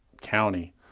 county